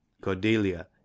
Cordelia